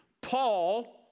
Paul